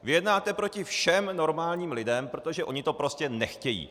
Vy jednáte proti všem normálním lidem, protože oni to prostě nechtějí.